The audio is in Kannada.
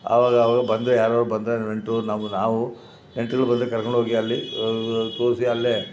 ಆವಾಗಾವಾಗ ಬಂದರೆ ಯಾರಾರೂ ಬಂದರೆ ನೆಂಟರು ನಮ್ಗೆ ನಾವು ನೆಂಟ್ರುಗಳು ಬಂದರೆ ಕರ್ಕೊಂಡು ಹೋಗಿ ಅಲ್ಲಿ ತೋರಿಸಿ ಅಲ್ಲಿಯೇ